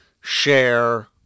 Share